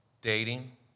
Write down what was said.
dating